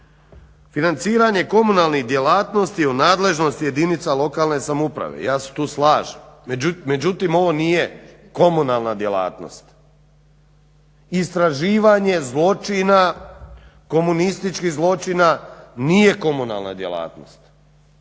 Financiranje komunalnih djelatnosti u nadležnosti je jedinica lokalne samouprave. Ja se tu slažem, međutim ovo nije komunalna djelatnost. Istraživanje zločina, komunističkih zločina nije komunalna djelatnost